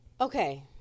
Okay